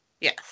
Yes